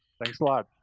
thanks a lot.